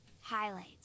highlights